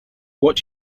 what